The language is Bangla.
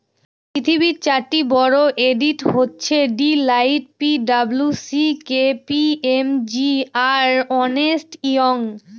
পৃথিবীর চারটি বড়ো অডিট হচ্ছে Deloitte P W C K P M G আর আর্নেস্ট ইয়ং